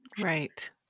Right